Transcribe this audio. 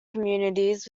communities